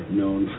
known